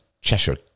Cheshire